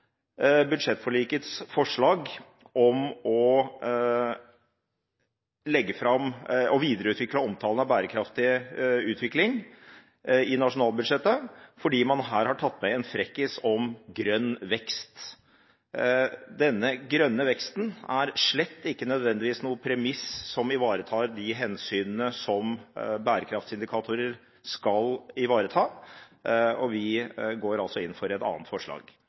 budsjettforlikets forslag om å videreutvikle omtalen av bærekraftig utvikling i nasjonalbudsjettet, fordi man her har tatt med en frekkis om «grønn vekst». Denne «grønne veksten» er slett ikke nødvendigvis noe premiss som ivaretar de hensynene som bærekraftindikatorer skal ivareta, og vi går altså inn for et annet forslag.